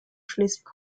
schleswig